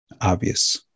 Obvious